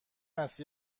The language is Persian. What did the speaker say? است